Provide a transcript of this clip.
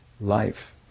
life